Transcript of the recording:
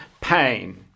pain